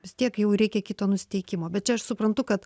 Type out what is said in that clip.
vis tiek jau reikia kito nusiteikimo bet čia aš suprantu kad